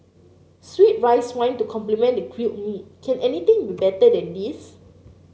sweet rice wine to complement the grilled meat can anything be better than this